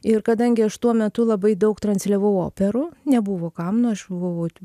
ir kadangi aš tuo metu labai daug transliavau operų nebuvo kam nu aš buvau